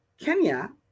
Kenya